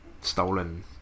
stolen